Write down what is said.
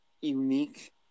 unique